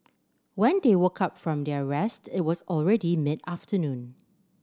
when they woke up from their rest it was already mid afternoon